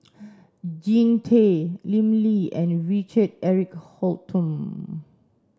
Jean Tay Lim Lee and Richard Eric Holttum